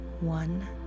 One